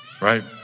right